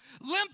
Limp